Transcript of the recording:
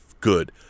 good